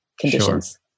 conditions